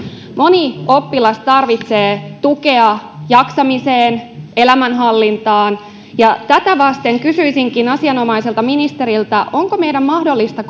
moni oppilas tarvitsee tukea jaksamiseen elämänhallintaan ja tätä vasten kysyisinkin asianomaiselta ministeriltä onko meidän mahdollista